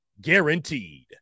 guaranteed